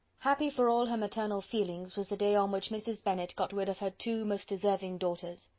happy for all her maternal feelings was the day on which mrs. bennet got rid of her two most deserving daughters.